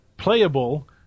Playable